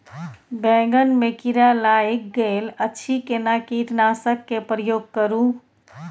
बैंगन में कीरा लाईग गेल अछि केना कीटनासक के प्रयोग करू?